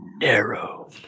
narrow